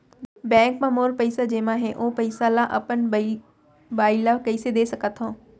Bank म मोर पइसा जेमा हे, ओ पइसा ला अपन बाई ला कइसे दे सकत हव?